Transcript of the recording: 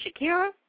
Shakira